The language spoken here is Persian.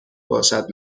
باشد